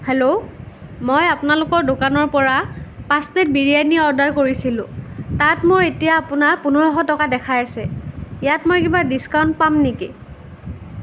hello মই আপোনালোকৰ দোকনৰ পৰা পাঁচ প্লেট বিৰিয়ানী অৰ্ডাৰ কৰিছিলোঁ তাত মোৰ এতিয়া আপোনাৰ পোন্ধৰশ দেখায় আছে ইয়াত মই কিবা ডিচকাউন্ট পাম নেকি